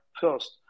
first